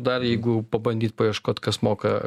dar jeigu pabandyt paieškot kas moka